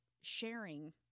sharing